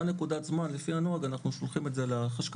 נקודת זמן לפי הנוהג אנחנו שולחים לחשכ"ל.